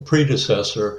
predecessor